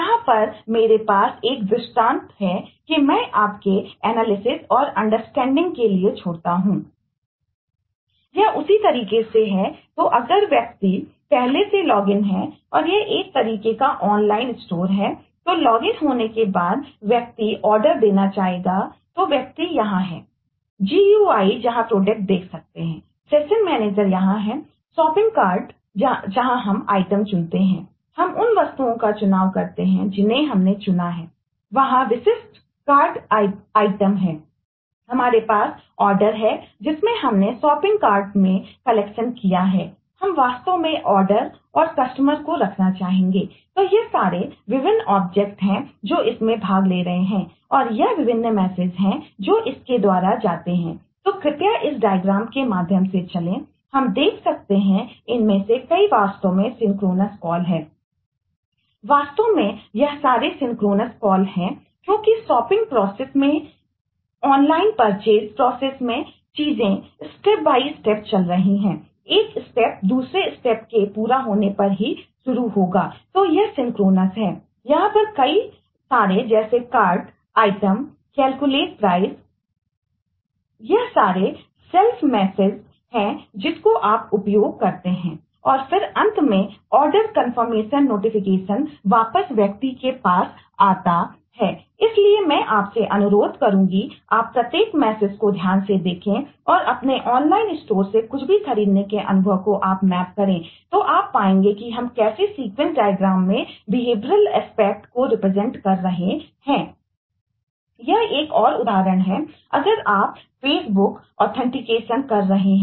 यहां पर मेरे पास एक और दृष्टांत है कि मैं आपके एनालिसिस हैं हमारे पास आर्डर हैं वास्तव में यह सारे सिंक्रोनस कॉलवापस व्यक्ति के पास आता है इसलिए मैं आपसे अनुरोध करूंगा आप प्रत्येक मैसेजकर रहे हैं